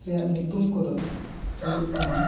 ᱨᱮᱭᱟᱜ ᱧᱩᱛᱩᱢ ᱠᱚ ᱫᱚ ᱦᱩᱭᱩᱜ ᱠᱟᱱᱟ